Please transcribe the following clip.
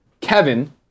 Kevin